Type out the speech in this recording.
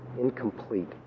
incomplete